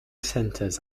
centres